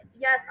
Yes